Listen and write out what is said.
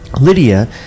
Lydia